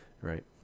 right